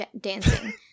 dancing